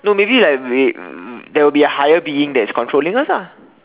no maybe like we there will be a higher being that is controlling us ah